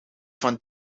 van